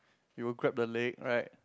you will grab the leg right